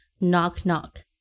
knock-knock